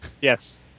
Yes